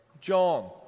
John